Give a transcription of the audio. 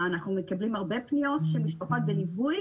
אנחנו מקבלים הרבה פניות של משפחות בליווי,